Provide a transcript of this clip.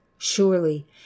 Surely